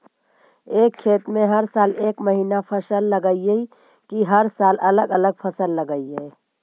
एक खेत में हर साल एक महिना फसल लगगियै कि हर साल अलग अलग फसल लगियै?